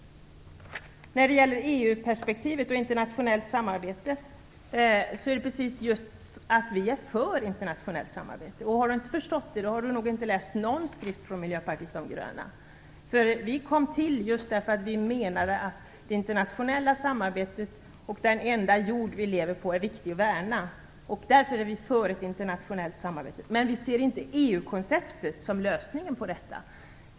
När det gäller EU-perspektivet och internationellt samarbete kan jag bara säga att vi är för ett internationellt samarbete. Om Lars Leijonborg inte har förstått det har han nog inte läst någon skrift från Miljöpartiet de gröna. Vi kom till just därför att vi menade att det är viktigt att värna det internationella samarbetet och den enda jord vi har att leva på. Därför är vi för ett internationellt samarbete, men vi ser inte EU konceptet som lösningen på detta.